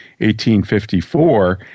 1854